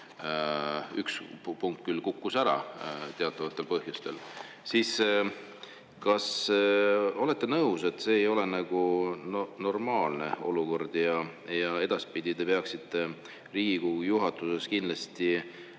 üks punkt küll kukkus ära teatavatel põhjustel –, siis kas olete nõus, et see ei ole normaalne olukord ja edaspidi te peaksite Riigikogu juhatuses kindlasti,